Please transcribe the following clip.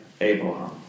Abraham